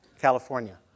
California